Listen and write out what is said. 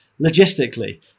logistically